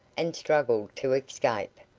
and struggled to escape.